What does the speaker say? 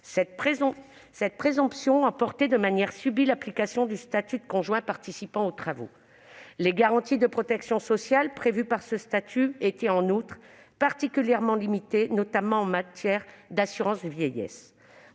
Cette présomption emportait de manière subie l'application du statut de conjoint participant aux travaux. Les garanties de protection sociale prévues par ce statut étaient, en outre, particulièrement limitées, notamment en matière d'assurance vieillesse.